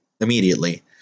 immediately